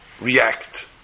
react